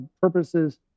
purposes